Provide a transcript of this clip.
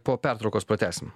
po pertraukos pratęsim